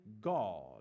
God